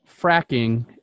fracking